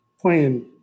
playing